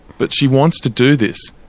but she wants to do this.